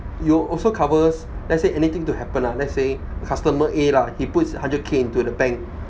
you also covers let's say anything to happen ah let's say customer a lah he puts hundred K into the bank